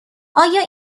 آیا